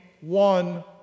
one